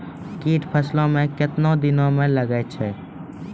कीट फसलों मे कितने दिनों मे लगते हैं?